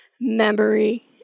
memory